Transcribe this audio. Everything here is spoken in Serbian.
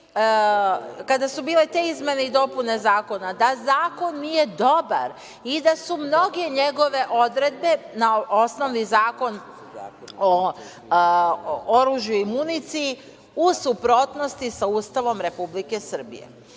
kada su bile te izmene i dopune zakona da zakon nije dobar i da su mnoge njegove odredbe na osnovni Zakon o oružju i municiji u suprotnosti sa Ustavom Republike Srbije. Vi